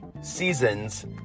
seasons